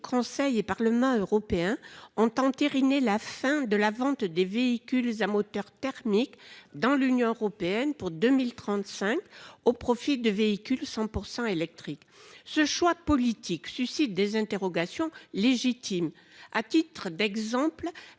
Conseil et Parlement européens ont entériné la fin de la vente des véhicules à moteur thermique dans l'Union européenne pour 2035 au profit de véhicules 100% électriques. Ce choix politique suscite des interrogations légitimes. À titre d'exemple,